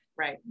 Right